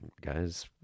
guys